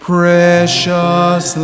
Precious